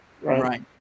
Right